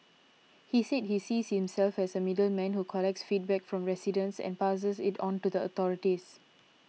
he said he sees himself as a middleman who collects feedback from residents and passes it on to the authorities